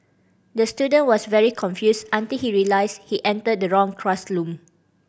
the student was very confused until he realised he entered the wrong classroom